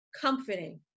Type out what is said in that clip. comforting